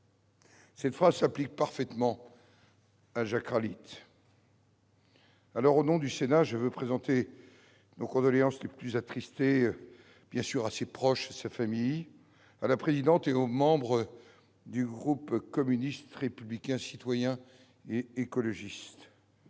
Cette phrase s'applique parfaitement à Jack Ralite. Au nom du Sénat, je veux présenter nos condoléances les plus attristées à sa famille et assurer ses proches, la présidente et les membres du groupe communiste républicain citoyen et écologiste,